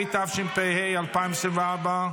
התשפ"ה 2024,